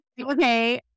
okay